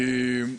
ור"מ.